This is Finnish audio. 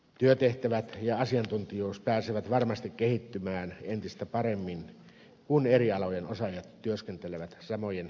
työtehtävät ja asiantuntijuus pääsevät varmasti kehittymään entistä paremmin kun eri alojen osaajat työskentelevät samojen kattojen alla